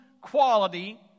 quality